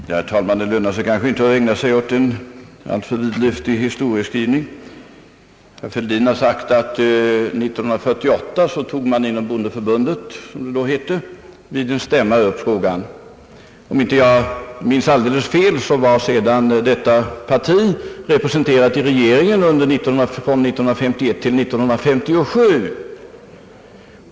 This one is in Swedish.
Herr talman! Det lönar sig kanske inte att ägna sig åt en vidlyftig historieskrivning. Herr Fälldin har sagt att man år 1948 inom bondeförbundet — som det då hette — tog upp denna fråga på en stämma. Om jag inte minns alldeles fel var detta parti sedan representerat i regeringen från 1951 till 1957.